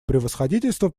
превосходительство